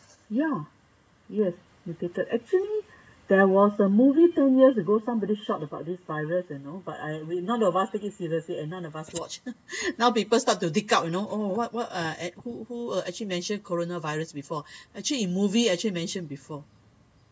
ya they have mutated actually there was a movie ten years ago somebody shot about this virus you know but I read none of us taking seriously and then must watch now people start to dig out you know oh what what uh at who who are actually mentioned Coronavirus before actually movie actually mentioned before